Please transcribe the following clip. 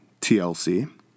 TLC